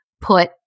put